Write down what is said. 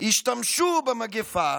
השתמשו במגפה